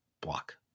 block